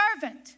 servant